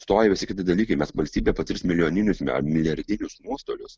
stoja visi kiti dalykai mes valstybė patirs milijoninius milijardinius nuostolius